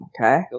okay